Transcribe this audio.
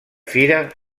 fira